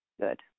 good